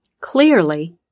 Clearly